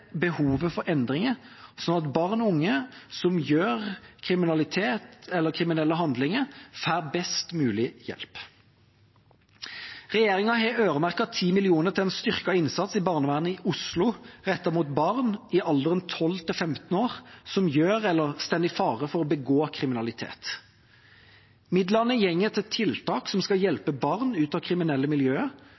behovet for endringer, slik at barn og unge som begår kriminelle handlinger, får best mulig hjelp. Regjeringa har øremerket 10 mill. kr til en styrket innsats i barnevernet i Oslo rettet mot barn i alderen 12–15 år som begår eller står i fare for å begå kriminalitet. Midlene går til tiltak som skal hjelpe barn ut av kriminelle miljøer,